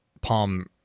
Palm